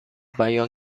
بیان